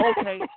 Okay